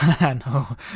no